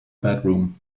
bedroom